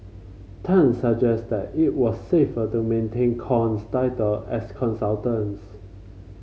Tan suggested that it was safer to maintain Kong's title as consultants